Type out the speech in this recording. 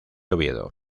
oviedo